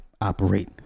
operate